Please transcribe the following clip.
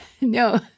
No